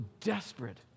desperate